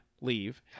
leave